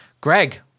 greg